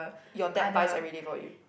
your dad buys everyday for you